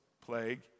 plague